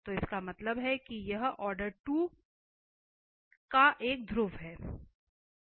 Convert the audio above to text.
तो इसका मतलब है कि यह ऑर्डर 2 का एक ध्रुव है